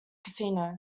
casino